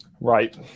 Right